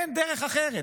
אין דרך אחרת.